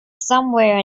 somewhere